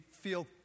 feel